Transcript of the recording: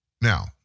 Now